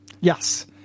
Yes